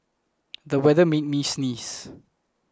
the weather made me sneeze